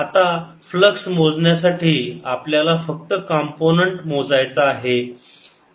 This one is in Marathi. आता फ्लक्स मोजण्यासाठी आपल्याला फक्त कॉम्पोनन्ट मोजायचा आहे